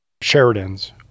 Sheridans